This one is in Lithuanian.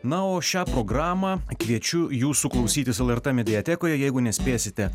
na o šią programą kviečiu jūsų klausytis lrt mediatekoje jeigu nespėsite